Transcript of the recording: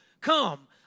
come